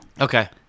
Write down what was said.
Okay